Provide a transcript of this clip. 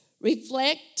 reflect